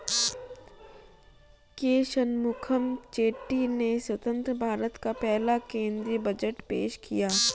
के शनमुखम चेट्टी ने स्वतंत्र भारत का पहला केंद्रीय बजट पेश किया